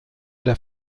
der